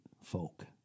folk